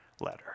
letter